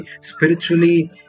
spiritually